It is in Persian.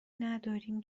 نداریم